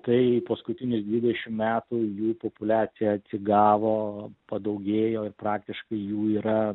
tai paskutinius dvidešim metų jų populiacija atsigavo padaugėjo praktiškai jų yra